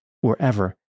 wherever